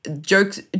jokes